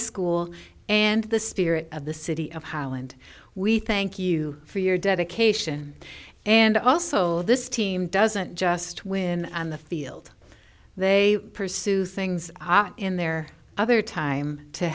school and the spirit of the city of holland we thank you for your dedication and also this team doesn't just win on the field they pursue things in their other time to